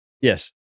Yes